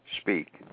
speak